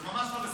זה ממש לא בסדר.